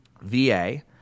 VA